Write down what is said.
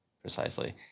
Precisely